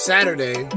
Saturday